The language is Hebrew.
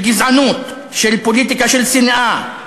של גזענות, של פוליטיקה של שנאה.